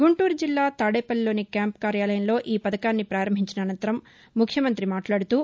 గుంటూరు జిల్లా తాదేపల్లిలోని క్యాంపు కార్యాలయంలో ఈ పథకాన్ని పారంభించిన అనంతరం ముఖ్యమంత్రి మాట్లాదుతూ